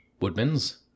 woodman's